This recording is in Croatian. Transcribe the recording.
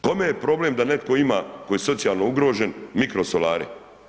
Kome je problem da netko ima, koji je socijalno ugrožen, mikrosolare?